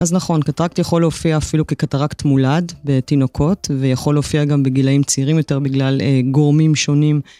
אז נכון, קטראקט יכול להופיע אפילו כקטראקט מולד בתינוקות ויכול להופיע גם בגילאים צעירים יותר בגלל גורמים שונים.